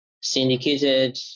syndicated